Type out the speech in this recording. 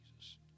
Jesus